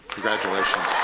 congratulations.